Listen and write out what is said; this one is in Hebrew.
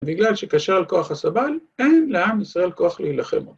‫ובגלל שכשל כוח הסבל, ‫אין לעם ישראל כוח להילחם עוד.